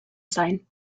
sein